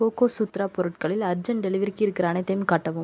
கோகோசுத்ரா பொருட்களில் அர்ஜெண்ட் டெலிவரிக்கு இருக்கிற அனைத்தையும் காட்டவும்